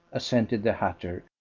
assented the hatter.